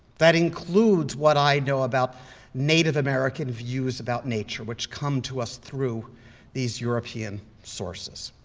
that includes what i know about native american views about nature, which come to us through these european sources.